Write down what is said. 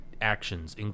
actions